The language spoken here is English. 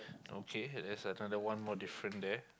okay there is another one more different there